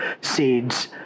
seeds